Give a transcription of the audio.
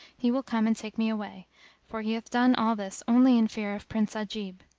he will come and take me away for he hath done all this only in fear of prince ajib.